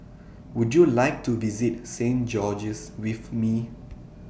Would YOU like to visit Saint George's with Me